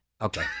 Okay